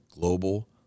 global